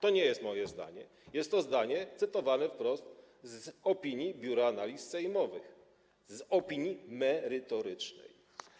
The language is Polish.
To nie jest moje zdanie, jest to zdanie cytowane wprost z opinii Biura Analiz Sejmowych, z opinii merytorycznej.